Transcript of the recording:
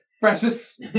Breakfast